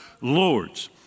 lords